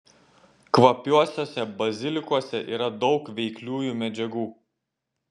kvapiuosiuose bazilikuose yra daug veikliųjų medžiagų